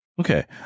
okay